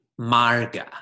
marga